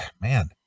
man